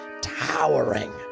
towering